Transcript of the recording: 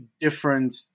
different